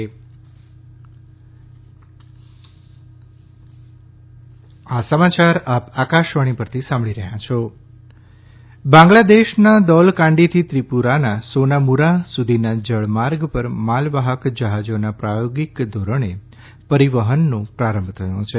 જલમાર્ગ બાંગ્લાદેશનાં દૌલકાંડીથી ત્રિપુરાનાં સોનામુરા સુધીનાં જળમાર્ગ પર માલવાહક જહાજોનાં પ્રાયોગીક ધોરણે પરિવહનનો પ્રારંભ થયો છે